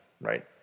right